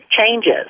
changes